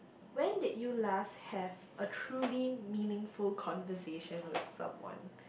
when did you last have a truly meaningful conversation with someone